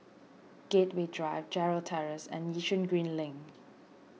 Gateway Drive Gerald Terrace and Yishun Green Link